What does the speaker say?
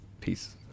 Peace